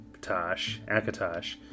akatosh